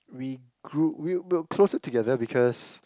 we grew we we are closer together because